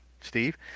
Steve